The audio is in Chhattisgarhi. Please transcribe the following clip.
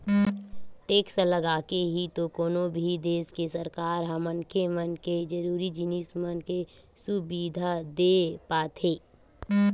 टेक्स लगाके ही तो कोनो भी देस के सरकार ह मनखे मन के जरुरी जिनिस मन के सुबिधा देय पाथे